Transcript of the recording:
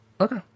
Okay